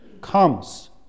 comes